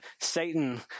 Satan